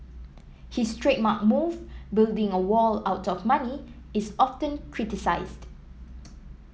his trademark move building a wall out of money is often criticised